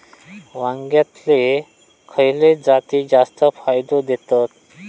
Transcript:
वांग्यातले खयले जाती जास्त फायदो देतत?